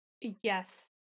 Yes